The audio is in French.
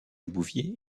bouvier